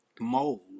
mold